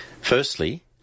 Firstly